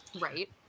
right